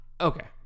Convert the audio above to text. Okay